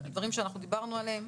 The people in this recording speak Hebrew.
דברים שדיברנו עליהם.